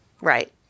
Right